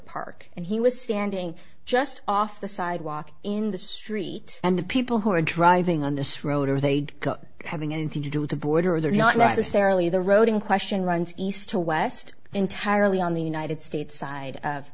park and he was standing just off the sidewalk in the street and the people who are driving on this road or they'd having anything to do with the border are not necessarily the road in question runs east to west entirely on the united states side of